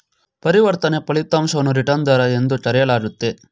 ಪರಿವರ್ತನೆಯ ಫಲಿತಾಂಶವನ್ನು ರಿಟರ್ನ್ ದರ ಎಂದು ಕರೆಯಲಾಗುತ್ತೆ